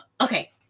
Okay